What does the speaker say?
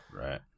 Right